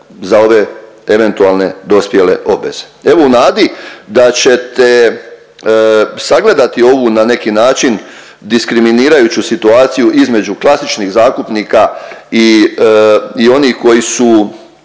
za ove eventualne dospjele obveze. Evo u nadi da ćete sagledati ovu na neki način diskriminirajuću situaciju između klasičnih zakupnika i onih koji su,